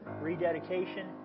rededication